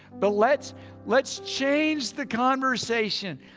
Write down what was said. but let's let's change the conversation.